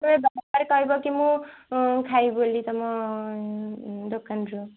ଏ ଦରାକର କହିବ କି ମୁଁ ଖାଇବି ବୋଲି ତମ ଦୋକାନରୁ